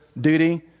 duty